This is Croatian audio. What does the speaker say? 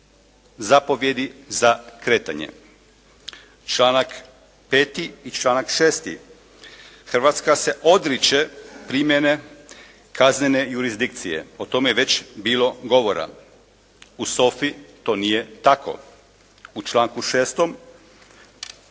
zapovjedi za kretanje. Članak 5. i članak 6. Hrvatska se odriče primjene kaznene jurisdikcije, o tome je već bilo govora. U SOFA-i to nije tako. U članku 6.